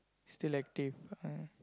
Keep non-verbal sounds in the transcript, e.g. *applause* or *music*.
still active *noise*